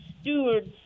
Stewards